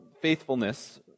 faithfulness